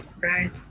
right